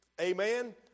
Amen